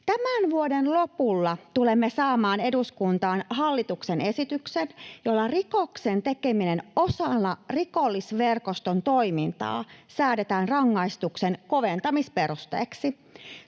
Tämän vuoden lopulla tulemme saamaan eduskuntaan hallituksen esityksen, jolla rikoksen tekeminen osana rikollisverkoston toimintaa säädetään rangaistuksen koventamisperusteeksi.